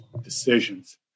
decisions